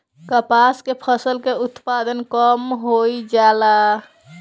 कपास के फसल के उत्पादन कम होइ जाला?